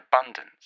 abundance